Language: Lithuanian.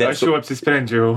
aš jau apsisprendžiau